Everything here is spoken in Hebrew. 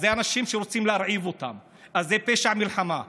אנשים שרוצים להרעיב אותם, זה פשע מלחמה.